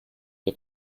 der